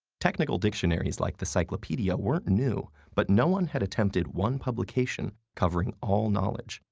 technical dictionaries, like the cyclopedia, weren't new, but no one had attempted one publication covering all knowledge,